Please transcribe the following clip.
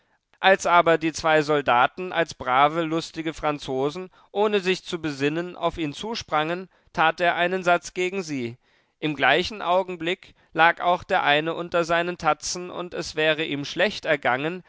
als aber die zwei soldaten als brave lustige franzosen ohne sich zu besinnen auf ihn zusprangen tat er einen satz gegen sie im gleichen augenblick lag auch der eine unter seinen tatzen und es wäre ihm schlecht ergangen